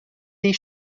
des